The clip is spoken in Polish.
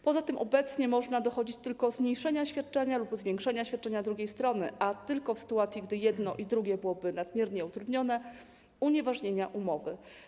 Poza tym obecnie można dochodzić tylko zmniejszenia świadczenia lub zwiększenia świadczenia drugiej strony, a tylko w sytuacji gdy jedno i drugie byłoby nadmiernie utrudnione - unieważnienia umowy.